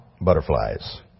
butterflies